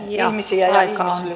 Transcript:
ihmisiä ja